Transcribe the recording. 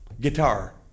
Guitar